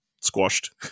squashed